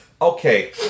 Okay